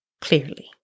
clearly